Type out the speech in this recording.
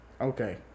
okay